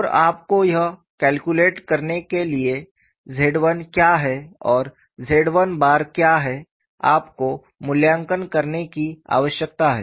और आपको यह कैलकुलेट करने के लिए कि Z 1 क्या है और Z 1 बार क्या है आपको मूल्यांकन करने की आवश्यकता है